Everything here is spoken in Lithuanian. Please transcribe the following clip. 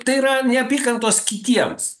tai yra neapykantos kitiems